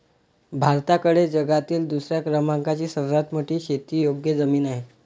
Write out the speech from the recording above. भारताकडे जगातील दुसऱ्या क्रमांकाची सर्वात मोठी शेतीयोग्य जमीन आहे